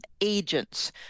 agents